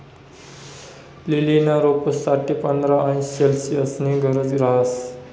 लीलीना रोपंस साठे पंधरा अंश सेल्सिअसनी गरज रहास